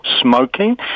smoking